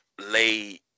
lay